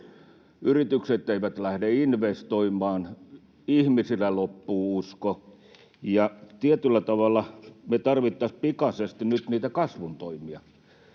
Yritykset eivät lähde investoimaan, ihmisillä loppuu usko. Tietyllä tavalla me tarvittaisiin pikaisesti nyt niitä kasvun toimia,